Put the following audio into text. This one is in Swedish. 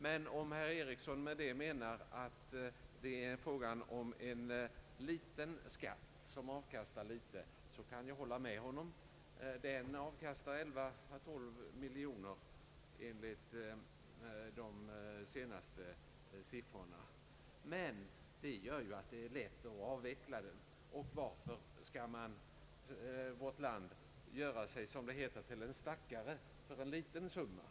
Men om herr Ericsson med det menar att det är fråga om en skatt som avkastar litet, kan jag hålla med honom, den avkastar meilan 11 och 12 miljoner kronor enligt de senaste siffrorna. Detta gör ju att den är lätt att avveckla. Varför skall vårt land göra sig till stackare för en liten summa?